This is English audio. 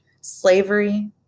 Slavery